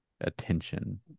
attention